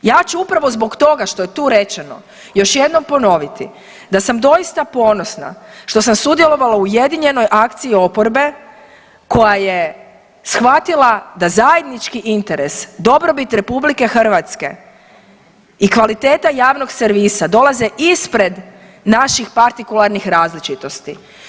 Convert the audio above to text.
Ja ću upravo zbog toga što je tu rečeno još jednom ponoviti da sam doista ponosna što sam sudjelovala u ujedinjenoj akciji oporbe koja je shvatila da zajednički interes, dobrobit RH i kvaliteta javnog servisa dolaze ispred naših partikularnih različitosti.